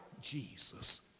Jesus